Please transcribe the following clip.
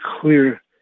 clear